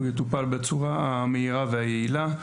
הוא יטופל בצורה המהירה והיעילה.